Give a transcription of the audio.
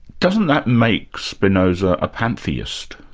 doesn't that make spinoza a pantheist?